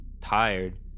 tired